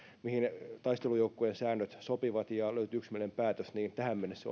mihin taistelujoukkojen säännöt sopivat ja löytyy yksimielinen päätös tähän mennessä